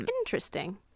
Interesting